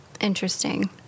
Interesting